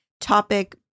topic